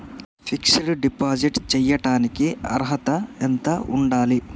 Fix డ్ deposit చేయటానికి అర్హత ఎంత ఉండాలి?